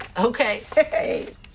okay